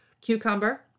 Cucumber